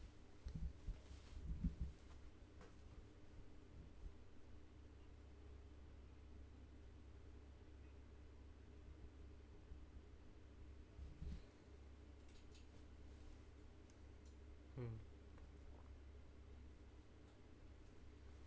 mm